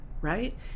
Right